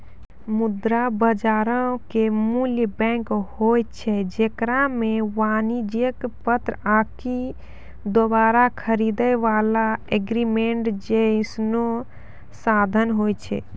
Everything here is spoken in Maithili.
मुद्रा बजारो के मूल बैंक होय छै जेकरा मे वाणिज्यक पत्र आकि दोबारा खरीदै बाला एग्रीमेंट जैसनो साधन होय छै